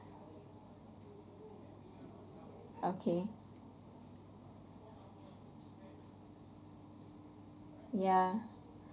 okay yeah